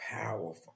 powerful